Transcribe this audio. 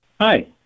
Hi